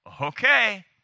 Okay